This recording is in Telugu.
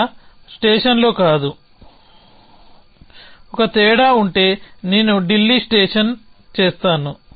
ఇక్కడ స్టేషన్లో కాదు ఒక తేడా ఉంటే నేను ఢిల్లీ స్టేషన్ చేస్తాను